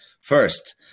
first